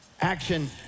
Action